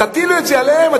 חריגים,